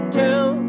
tell